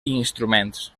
instruments